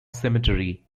cemetery